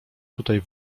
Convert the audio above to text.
tutaj